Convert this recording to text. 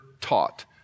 taught